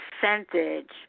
percentage